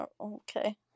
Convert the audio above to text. Okay